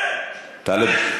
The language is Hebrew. באמת,